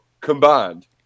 combined